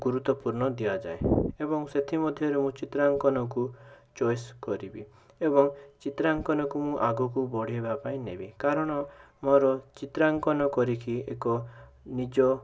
ଗୁରୁତ୍ୱପୂର୍ଣ୍ଣ ଦିଆଯାଏ ଏବଂ ସେଥିମଧ୍ୟରୁ ମୁଁ ଚିତ୍ରାଙ୍କନକୁ ଚଏସ୍ କରିବି ଏବଂ ଚିତ୍ରାଙ୍କନକୁ ମୁଁ ଆଗକୁ ବଢ଼ାଇବା ପାଇଁ ନେବି କାରଣ ମୋର ଚିତ୍ରାଙ୍କନ କରିକି ଏକ ନିଜ